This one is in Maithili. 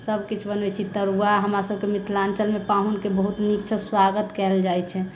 सभकिछु बनबै छी तरुआ हमरा सभके मिथिलाञ्चल मे पाहुन के बहुत नीकसँ स्वागत कयल जाइत छनि